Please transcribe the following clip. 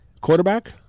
Quarterback